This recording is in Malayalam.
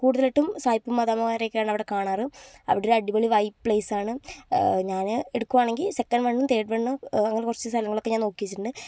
കൂടുതലായിട്ടും സായിപ്പും മദാമ്മമാരെയൊക്കെയാണ് അവിടെ കാണാറ് അവിടൊരടിപൊളി വൈബ് പ്ലേയ്സ് ആണ് ഞാൻ എടുക്കുവാണെങ്കിൽ സെക്കൻഡ് വണ്ണും തേഡ് വണ്ണും അങ്ങനെ കുറച്ച് സ്ഥലങ്ങളൊക്കെ ഞാൻ നോക്കി വെച്ചിട്ടുണ്ട്